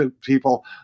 people